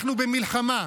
אנחנו במלחמה.